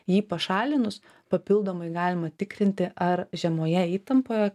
jį pašalinus papildomai galima tikrinti ar žemoje įtampoje